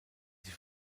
sie